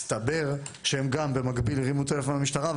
מסתבר שבמקביל גם הפלסטינים הרימו טלפון למשטרה,